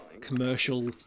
commercial